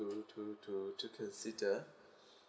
to to to to consider